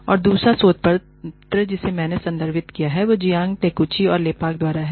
और दूसरा शोध पत्र जिसे मैंने संदर्भित किया है जियांग टेकूची और लेपाक द्वारा है